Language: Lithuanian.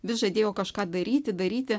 vis žadėjo kažką daryti daryti